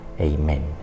Amen